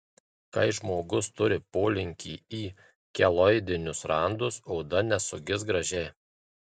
kai žmogus turi polinkį į keloidinius randus oda nesugis gražiai